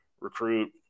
recruit